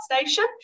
station